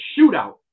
shootout